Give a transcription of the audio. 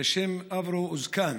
בשם אברו אוזקאן